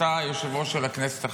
אתה היושב-ראש של הכנסת עכשיו,